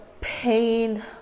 pain